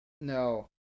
no